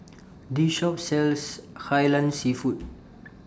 This Shop sells Kai Lan Seafood